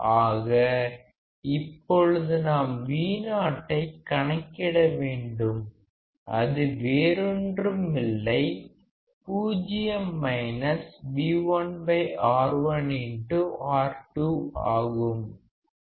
ஆக இப்பொழுது நாம் Vo ஐ கணக்கிட வேண்டும் அது வேறொன்றுமில்லை 0 V1R1R2 ஆகும்